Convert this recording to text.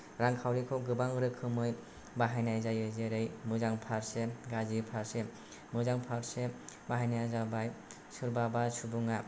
रांखावरिखौ गोबां रोखोमै बाहायनाय जायो जेरै मोजां पार्सेन्त गाज्रि पार्सेन्त मोजां पार्सेन्त बाहायनाया जाबाय सोरबा बा सुबुंआ